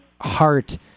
heart